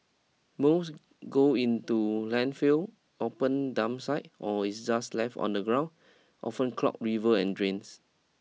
most go into landfills open dump sites or is just left on the ground often clog river and drains